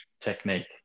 technique